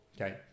okay